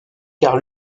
car